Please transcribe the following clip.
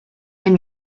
and